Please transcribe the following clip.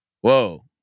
Whoa